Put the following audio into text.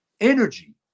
energy